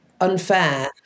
unfair